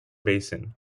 basin